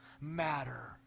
matter